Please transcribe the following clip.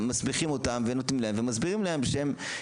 מסמיכים אותם ונותנים להם ומסבירים להם שהם